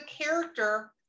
character